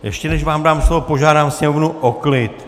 Ještě než vám dám slovo, požádám sněmovnu o klid.